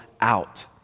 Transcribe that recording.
out